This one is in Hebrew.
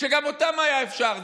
גם אותם היה אפשר,